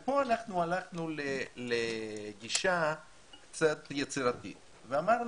פה אנחנו הלכנו לגישה קצת יצירתית ואמרנו,